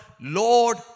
Lord